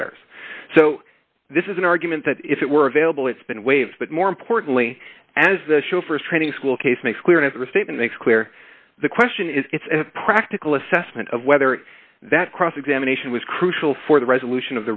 matters so this is an argument that if it were available it's been waived but more importantly as the chauffeur's training school case makes clear in every state and makes clear the question is it's a practical assessment of whether that cross examination was crucial for the resolution